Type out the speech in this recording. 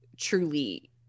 truly